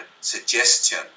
suggestion